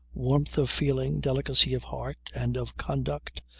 warmth of feeling, delicacy of heart and of conduct,